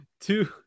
two